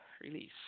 Release